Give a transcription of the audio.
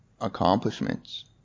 accomplishments